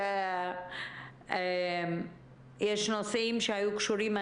חבל, יש נושאים שהיו קשורים.